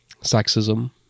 sexism